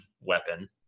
weapon